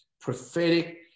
Prophetic